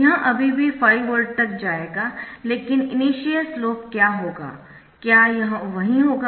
यह अभी भी 5 वोल्ट तक जाएगा लेकिन इनिशियल स्लोप क्या होगा क्या यह वही होगा